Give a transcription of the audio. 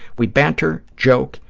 we banter, joke,